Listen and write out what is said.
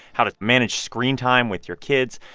how to manage screen time with your kids.